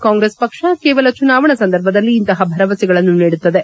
ಕಾಂಗ್ರೆಸ್ ಪಕ್ಷ ಕೇವಲ ಚುನಾವಣಾ ಸಂದರ್ಭದಲ್ಲಿ ಇಂತಹ ಭರವಸೆಗಳನ್ನು ನೀಡುತ್ತದೆ